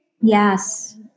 Yes